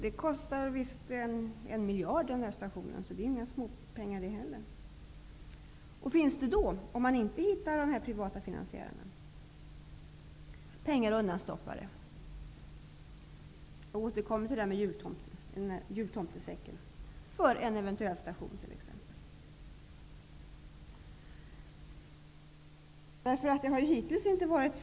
Denna station kommer såvitt jag förstått att kosta en miljard, och det är inte några småpengar. Finns det, om man inte hittar privata finansiärer, några pengar undanstoppade i jultomtesäcken -- jag återkommer till den --, t.ex. för en eventuell station?